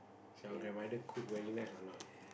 so your grandmother cook very nice or not